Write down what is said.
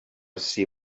see